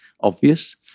obvious